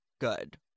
good